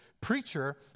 preacher